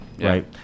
Right